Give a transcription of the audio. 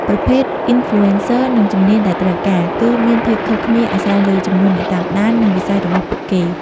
ប្រភេទ Influencer និងជំនាញដែលត្រូវការ គឺមានភាពខុសគ្នាអាស្រ័យលើចំនួនអ្នកតាមដាន និងវិស័យរបស់ពួកគេ។